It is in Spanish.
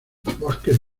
bosque